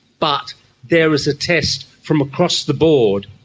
but there is a test from across the board.